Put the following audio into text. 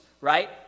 right